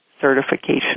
certification